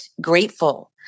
grateful